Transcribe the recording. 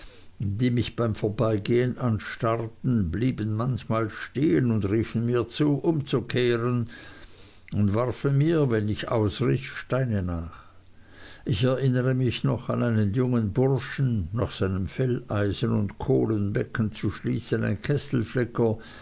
die mich beim vorbeigehen anstarrten blieben manchmal stehen und riefen mir zu umzukehren und warfen mir wenn ich ausriß steine nach ich erinnere mich noch an einen jungen burschen nach seinem felleisen und kohlenbecken zu schließen ein kesselflicker